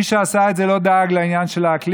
מי שעשה את זה לא דאג לעניין של האקלים,